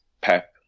Pep